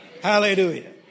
Hallelujah